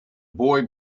boy